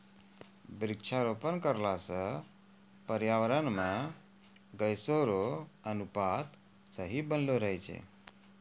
वृक्षारोपण करला से पर्यावरण मे गैसो रो अनुपात सही बनलो रहै छै